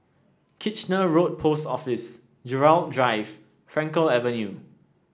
Kitchener Road Post Office Gerald Drive Frankel Avenue